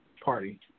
party